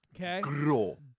Okay